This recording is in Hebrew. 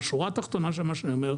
השורה התחתונה של מה שאני אומר,